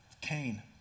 Cain